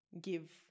give